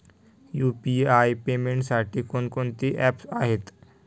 UPI पेमेंटसाठी कोणकोणती apps आहेत?